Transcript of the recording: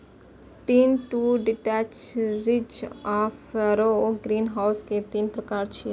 lean to detached, ridge आ furrow greenhouse के तीन प्रकार छियै